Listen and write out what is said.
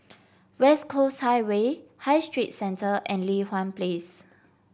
West Coast Highway High Street Centre and Li Hwan Place